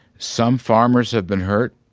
some farmers have been hurt